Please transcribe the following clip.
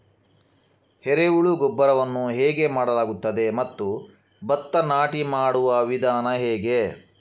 ಎರೆಹುಳು ಗೊಬ್ಬರವನ್ನು ಹೇಗೆ ಮಾಡಲಾಗುತ್ತದೆ ಮತ್ತು ಭತ್ತ ನಾಟಿ ಮಾಡುವ ವಿಧಾನ ಹೇಗೆ?